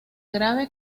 grave